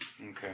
Okay